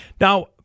Now